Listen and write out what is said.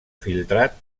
filtrat